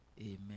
Amen